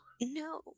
No